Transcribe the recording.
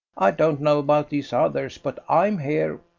i don't know about these others, but i'm here,